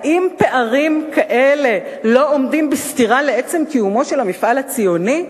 האם פערים כאלה לא עומדים בסתירה לעצם קיומו של המפעל הציוני?